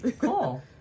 cool